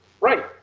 Right